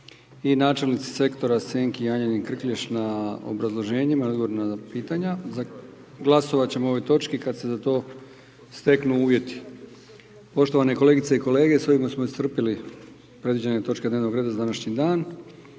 i načelnici sektora Senki Janjanin Krkljaš na obrazloženjima i odgovorima na pitanja. Glasovat ćemo o ovoj točki kada se za to steknu uvjeti. Poštovane kolegice i kolege s ovime smo iscrpili predviđene točke dnevnog reda za današnji dan.